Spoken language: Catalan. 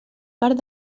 part